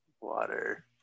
water